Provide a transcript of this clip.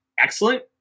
Excellent